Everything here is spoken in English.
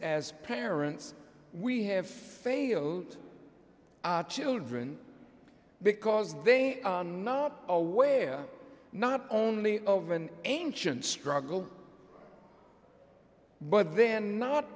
as parents we have failed children because they are not aware not only of an ancient struggle but then not